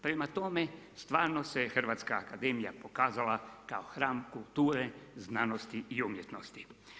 Prema tome, stvarno se Hrvatska akademija pokazala kao hram kulture, znanosti i umjetnosti.